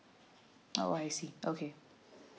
oh I see okay